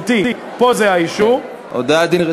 גברתי, פה זה האישור, הודעת דין רציפות.